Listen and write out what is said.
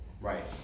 Right